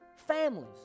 families